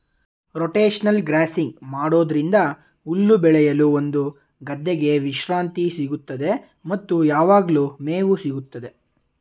rotational grazing ಮಾಡೋದ್ರಿಂದ ಹುಲ್ಲು ಬೆಳೆಯಲು ಒಂದು ಗದ್ದೆಗೆ ವಿಶ್ರಾಂತಿ ಸಿಗುತ್ತದೆ ಮತ್ತು ಯಾವಗ್ಲು ಮೇವು ಸಿಗುತ್ತದೆ